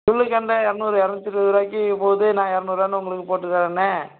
துள்ளுக் கெண்டை இரநூறு இரநூத்தி இருபதுரூவாய்க்கி போகுது நான் இரநூறுரூவான்னு உங்களுக்கு போட்டுத் தர்றண்ணே